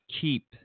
keep